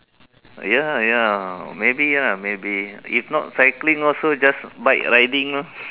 ya ya maybe ah maybe if not cycling also just bike riding loh